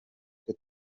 twe